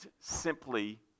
simply